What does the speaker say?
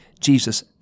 Jesus